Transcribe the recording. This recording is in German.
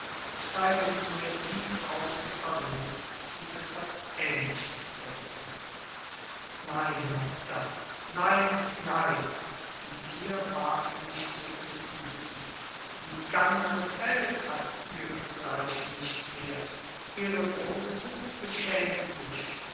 zeigen sie mir die frau zu paris die etwas ähnliches täte nein madame nein nein und hier warf er sich ihr zu füßen die ganze welt hat ihresgleichen nicht mehr ihre großmut beschämt mich